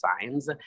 signs